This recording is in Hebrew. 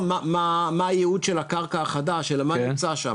אני מדבר לא מה הייעוד של הקרקע החדש אלא מה נמצא שם,